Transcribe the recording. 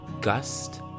Gust